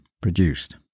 produced